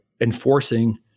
enforcing